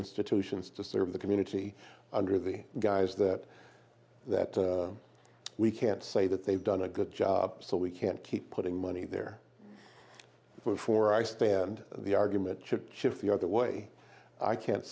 institutions to serve the community under the guise that that we can't say that they've done a good job so we can't keep putting money there for i stand the argument should shift the other way i can't